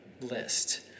list